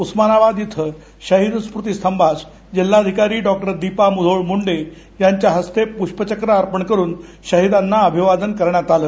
उस्मानाबाद इथ शहीद स्मृतीस्तंभास जिल्हाधिकारी डॉक्टर दिपा मुधोळ मुंडे यांच्या हस्ते पुष्पचक्र अर्पण करून शहिदाना अभिवादन करण्यात आलं